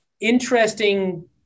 interesting